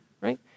right